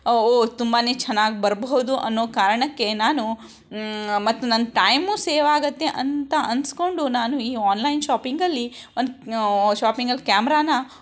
ತುಂಬನೇ ಚೆನ್ನಾಗಿ ಬರ್ಬಹುದು ಅನ್ನೋ ಕಾರಣಕ್ಕೆ ನಾನು ಮತ್ತು ನನ್ನ ಟೈಮೂ ಸೇವಾಗತ್ತೆ ಅಂತ ಅನ್ಸ್ಕೊಂಡು ನಾನು ಈ ಆನ್ಲೈನ್ ಶಾಪಿಂಗಲ್ಲಿ ಒಂದು ಶಾಪಿಂಗಲ್ಲಿ ಕ್ಯಾಮ್ರಾನ